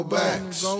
backs